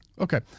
Okay